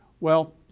well,